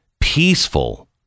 peaceful